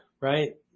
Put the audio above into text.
right